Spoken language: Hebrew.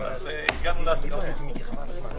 הגענו להסכמות.